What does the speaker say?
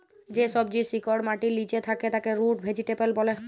যে সবজির শিকড় মাটির লিচে থাক্যে তাকে রুট ভেজিটেবল ব্যলে